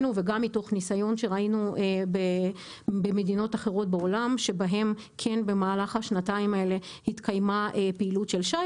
ראינו במדינות אחרות בעולם שבהן התקיימה פעילות של כלי